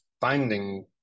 finding